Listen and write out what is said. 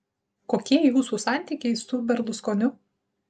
kokie jūsų santykiai su berluskoniu